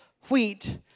wheat